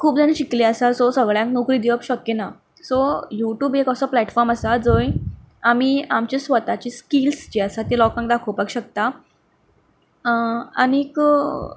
खूब जाणां शिकली आसा सो सगळ्यांक नोकरी दिवप शक्य ना सो यूट्यूब एक असो प्लेटफॉम आसा जंय आमी आमच्या स्वताचे स्किल्स जें आसा तें लोकांक दाखोवपाक शकता आनीक